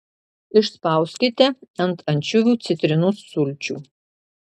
išspauskite ant ančiuvių citrinos sulčių